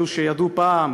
את אלו שידעו פעם,